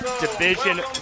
division